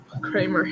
Kramer